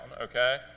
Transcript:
okay